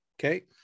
Okay